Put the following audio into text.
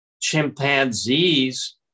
chimpanzees